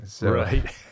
Right